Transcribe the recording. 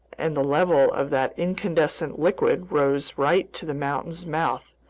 and the level of that incandescent liquid rose right to the mountain's mouth,